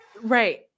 Right